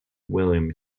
william